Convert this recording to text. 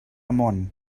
món